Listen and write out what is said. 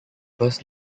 first